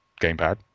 Gamepad